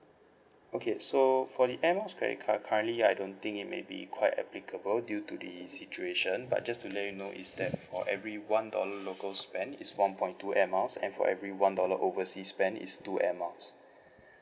okay so for the airmiles credit card currently I don't think it may be quite applicable due to the situation but just to let you know is that for every one dollars local spend is one point two airmiles and for every one dollar overseas spend is two airmiles